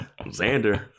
Xander